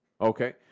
Okay